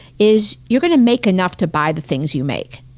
is you're gonna make enough to buy the things you make,